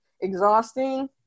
exhausting